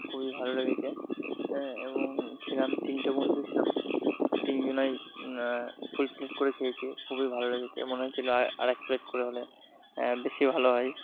খুবই ভালো লেগেছে হ্যাঁ এবং ছিলাম তিনটে বন্ধু ছিলাম তিনজনই ফুল প্লেট করে খেয়েছি খুবই ভালো লেগেছে মনে হচ্ছিলো আর এক প্লেট করে হলে বেশি ভালো হয়